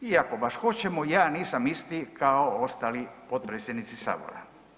I ako baš hoćemo i ja nisam isti kao ostali potpredsjednici sabora.